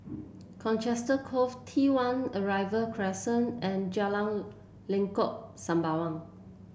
Colchester Grove T One Arrival Crescent and Jalan Lengkok Sembawang